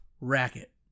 racket